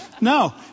No